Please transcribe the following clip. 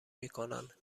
میکنند